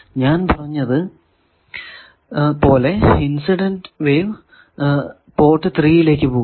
ഞാൻ പറഞ്ഞത് പോലെ ഇൻസിഡന്റ് വേവ് പോർട്ട് 3 ലേക്ക് പോകുന്നു